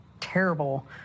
terrible